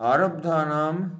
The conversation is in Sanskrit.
आरब्धानाम्